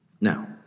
Now